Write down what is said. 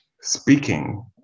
speaking